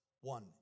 One